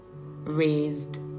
raised